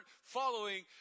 following